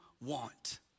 want